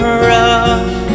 rough